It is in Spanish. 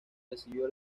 recibió